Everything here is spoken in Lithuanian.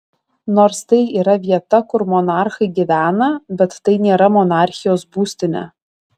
nors tai yra vieta kur monarchai gyvena bet tai nėra monarchijos būstinė